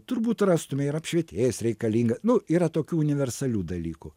turbūt rastume ir apšvietėjas reikalinga nu yra tokių universalių dalykų